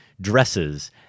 dresses